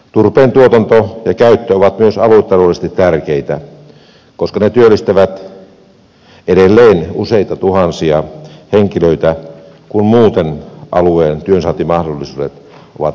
turpeen tuotanto ja käyttö ovat myös aluetaloudellisesti tärkeitä koska ne työllistävät edelleen useita tuhansia henkilöitä kun muuten alueen työnsaantimahdollisuudet ovat vähentyneet